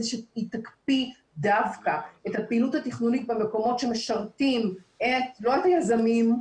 היא תקפיא דווקא את הפעילות התכנונית במקומות שמשרתים לא את היזמים,